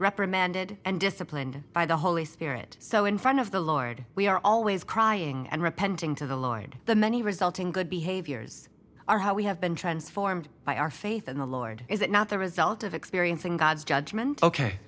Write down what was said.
reprimanded and disciplined by the holy spirit so in front of the lord we are always crying and repenting to the law and the many resulting good behaviors are how we have been transformed by our faith in the lord is it not the result of experiencing god's judgment ok